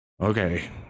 Okay